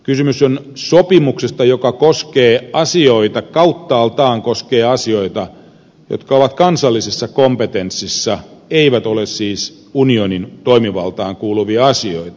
kysymys on sopimuksesta joka koskee asioita kauttaaltaan asioita jotka ovat kansallisessa kompetenssissa eivät ole siis unionin toimivaltaan kuuluvia asioita